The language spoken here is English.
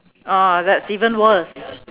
uh that's even worse